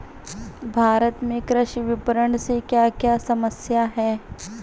भारत में कृषि विपणन से क्या क्या समस्या हैं?